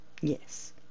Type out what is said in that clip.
yes